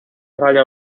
raya